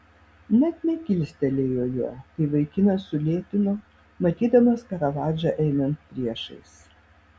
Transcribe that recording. net nekilstelėjo jo kai vaikinas sulėtino matydamas karavadžą einant priešais